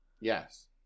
Yes